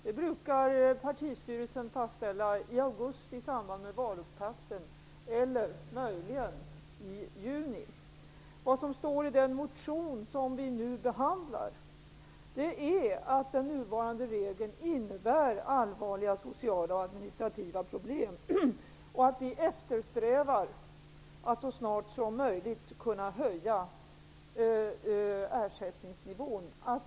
Det brukar partistyrelsen fastställa i augusti i samband med valupptakten eller möjligen i juni. I den motion som vi nu behandlar står det att den nuvarande regeln innebär allvarliga sociala och administrativa problem och att vi eftersträvar att så snart som möjligt kunna höja ersättningsnivån.